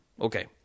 Okay